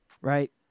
right